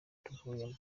tuvuyemo